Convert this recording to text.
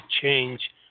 change